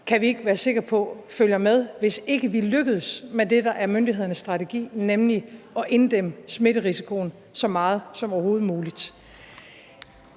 kan vi ikke være sikker på kan følge med, hvis vi ikke lykkes med det, der er myndighedernes strategi, nemlig at inddæmme smitterisikoen så meget som overhovedet muligt.